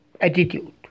attitude